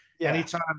Anytime